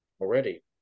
Already